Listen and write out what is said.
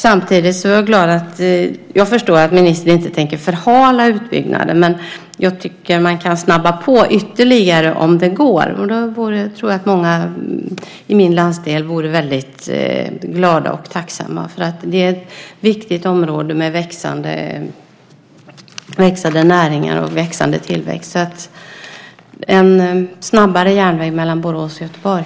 Jag förstår att ministern inte tänker förhala utbyggnaden, men jag tycker att man kan snabba på ytterligare om det går. Då tror jag att många i min landsdel skulle bli väldigt glada och tacksamma. Det är ett viktigt område med växande näringar och tillväxt. Det vore bra med en snabbare järnväg mellan Borås och Göteborg.